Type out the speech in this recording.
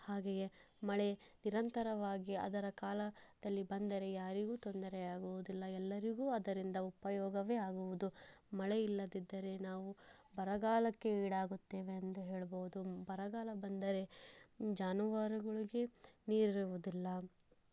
ಹಾಗೆಯೇ ಮಳೆ ನಿರಂತರವಾಗಿ ಅದರ ಕಾಲದಲ್ಲಿ ಬಂದರೆ ಯಾರಿಗೂ ತೊಂದರೆಯಾಗುದಿಲ್ಲ ಎಲ್ಲರಿಗೂ ಅದರಿಂದ ಉಪಯೋಗವೇ ಆಗುವುದು ಮಳೆ ಇಲ್ಲದಿದ್ದರೆ ನಾವು ಬರಗಾಲಕ್ಕೀಡಾಗುತ್ತೇವೆ ಎಂದು ಹೇಳಬಹುದು ಬರಗಾಲ ಬಂದರೆ ಜಾನುವಾರುಗಳಿಗೆ ನೀರು ಇರುವುದಿಲ್ಲ